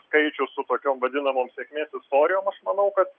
skaičius su tokiom vadinamom sėkmės istorijom aš manau kad